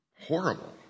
horrible